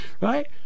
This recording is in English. right